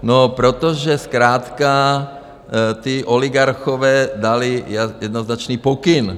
No protože zkrátka ti oligarchové dali jednoznačný pokyn.